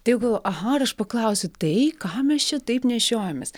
tai jau galvoju aha ir aš paklausiu tai ką mes čia taip nešiojamės